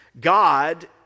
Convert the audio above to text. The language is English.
God